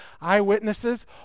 eyewitnesses